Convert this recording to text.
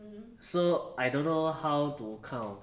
so I don't know how to count